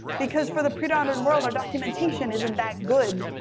because for the pre-modern world, our documentation isn't that good.